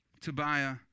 Tobiah